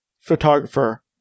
photographer